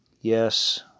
Yes